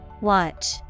Watch